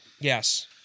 Yes